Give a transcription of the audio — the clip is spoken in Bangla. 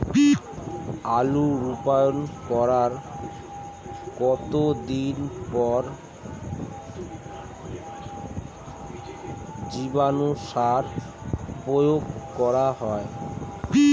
আলু রোপণ করার কতদিন পর জীবাণু সার প্রয়োগ করা হয়?